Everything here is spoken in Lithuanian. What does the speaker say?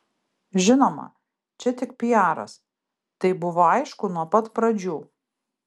žinoma čia tik piaras tai buvo aišku nuo pat pradžių